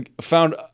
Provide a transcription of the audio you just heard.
found